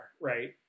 right